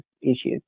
issues